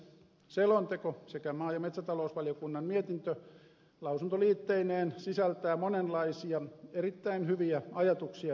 selonteko sekä maa ja metsätalousvaliokunnan mietintö lausuntoliitteineen sisältää monenlaisia erittäin hyviä ajatuksia ja tavoitteita